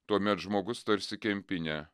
tuomet žmogus tarsi kempinė